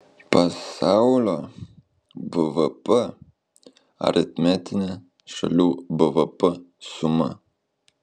pasaulio bvp aritmetinė šalių bvp suma